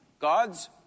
God's